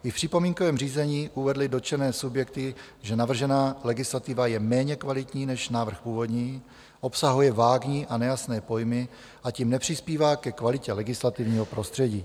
I v připomínkovém řízení uvedly dotčené subjekty, že navržená legislativa je méně kvalitní než návrh původní, obsahuje vágní a nejasné pojmy a tím nepřispívá ke kvalitě legislativního prostředí.